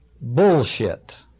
bullshit